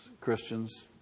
Christians